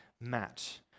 match